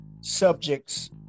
subjects